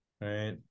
Right